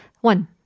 One